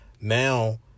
now